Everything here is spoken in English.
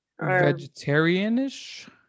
vegetarian-ish